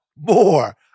more